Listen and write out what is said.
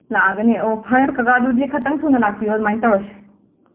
ꯂꯥꯛꯂꯒꯅꯤ ꯑꯣ ꯐꯔꯦ ꯀꯀꯥ ꯑꯗꯨꯗꯤ ꯈꯖꯤꯛꯇꯪ ꯊꯨꯅ ꯂꯥꯛꯄꯤꯔꯣ ꯑꯗꯨꯃꯥꯏ ꯇꯧꯔꯁꯤ